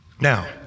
Now